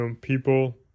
people